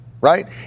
right